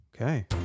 okay